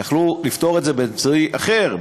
יכלו לפתור את זה באמצעי אחר,